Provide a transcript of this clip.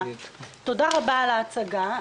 תודה רבה על ההצגה.